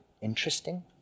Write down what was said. interesting